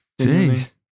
Jeez